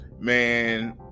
man